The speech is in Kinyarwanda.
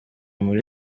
muri